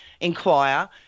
inquire